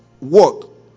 work